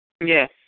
Yes